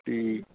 ਠੀਕ